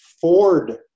Ford